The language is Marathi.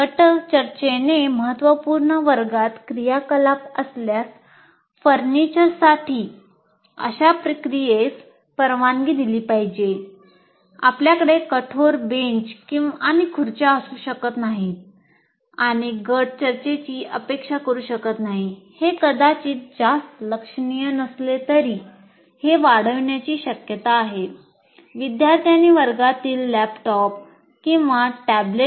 गट चर्चेने महत्त्वपूर्ण वर्गात क्रियाकलाप असल्यास फर्निचरसाठी आणू शकतील